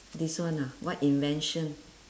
this one ah what invention